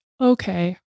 okay